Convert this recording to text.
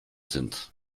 sind